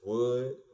Wood